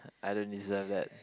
I don't deserve that